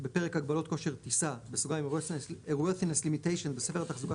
בפרק "הגבלות כושר טיסה" (Airworthiness Limitations) בספר התחזוקה